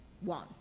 One